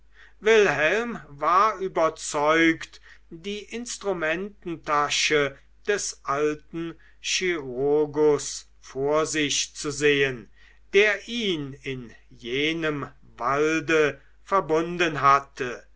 wilhelm war überzeugt die instrumententasche des alten chirurgus vor sich zu sehen der ihn in jenem walde verbunden hatte